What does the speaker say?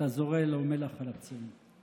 אתה זורה לו מלח על הפצעים.